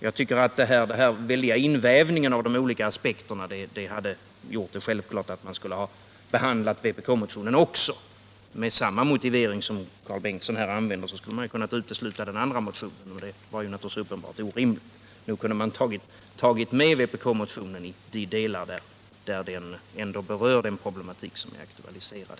Det faktum att de olika aspekterna är så invävda i varandra borde, tycker jag, ha gjort det självklart att behandla vpk-motionen också. Med den motivering som Karl Bengtsson här har använt skulle man ha kunnat utesluta även den andra motionen, och det vore uppenbart orimligt. Nog kunde man ha tagit med vpk-motionen i de delar där den berör den problematik som här är aktualiserad.